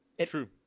True